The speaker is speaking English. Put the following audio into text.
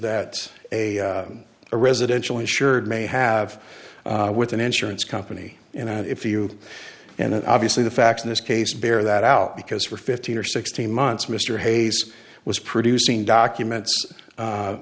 that a a residential insured may have with an insurance company and if you and obviously the facts in this case bear that out because for fifteen or sixteen months mr hayes was producing documents